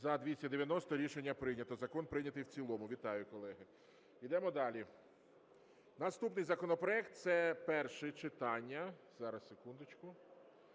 За-290 Рішення прийнято. Закон прийнятий в цілому. Вітаю, колеги. Йдемо далі. Наступний законопроект, це перше читання… Зараз, секундочку.